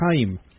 time